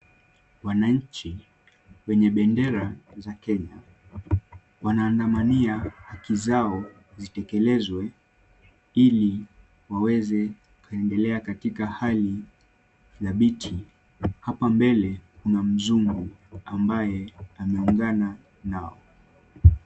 Wananchi wenye bendera za Kenya wanaandamania haki zao zitekelezwe ili waweze kuendelea katika hali dhabiti. Hapa mbele kuna mzungu ambaye ameungana nao.